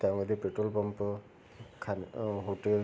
त्यामध्ये petrol pump खान hotels